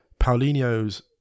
Paulinho's